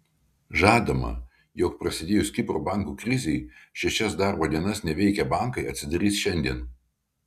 žadama jog prasidėjus kipro bankų krizei šešias darbo dienas neveikę bankai atsidarys šiandien